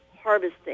harvesting